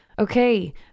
Okay